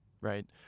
Right